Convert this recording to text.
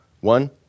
one